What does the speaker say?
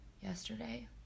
yesterday